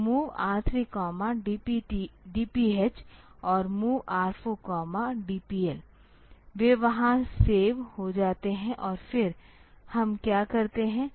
तो MOV R3DPH और MOV R4DPL वे वहां सेव हो जाते हैं और फिर हम क्या करते हैं